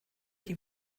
die